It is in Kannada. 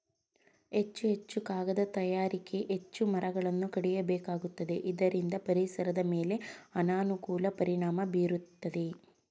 ಹೆಚ್ಚು ಹೆಚ್ಚು ಕಾಗದ ತಯಾರಿಕೆಗೆ ಹೆಚ್ಚು ಮರಗಳನ್ನು ಕಡಿಯಬೇಕಾಗುತ್ತದೆ ಇದರಿಂದ ಪರಿಸರದ ಮೇಲೆ ಅನಾನುಕೂಲ ಪರಿಣಾಮ ಬೀರುತ್ತಿದೆ